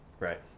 Right